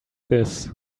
this